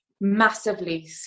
massively